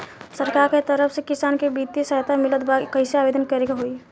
सरकार के तरफ से किसान के बितिय सहायता मिलत बा कइसे आवेदन करे के होई?